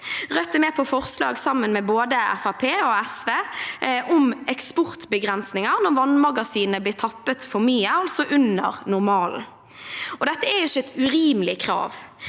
Rødt er med på forslag, sammen med både Fremskrittspartiet og SV, om eksportbegrensninger når vannmagasinene blir tappet for mye, altså under normalen. Det er ikke et urimelig krav.